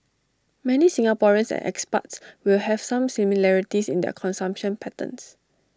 many Singaporeans and expats will have some similarities in their consumption patterns